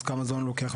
אז כמה זמן הוא לוקח,